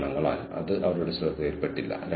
അതിനാൽ അത് നവീകരണമാണ്